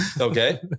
Okay